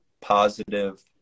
positive